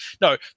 no